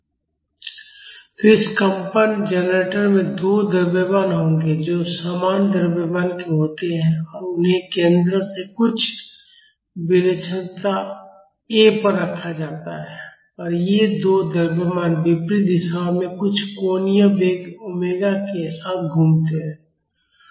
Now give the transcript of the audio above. तो इस कंपन जनरेटर में 2 द्रव्यमान होंगे जो समान द्रव्यमान के होते हैं और उन्हें केंद्र से कुछ विलक्षणता a पर रखा जाता है और ये दो द्रव्यमान विपरीत दिशाओं में कुछ कोणीय वेग ओमेगा के साथ घूमते हैं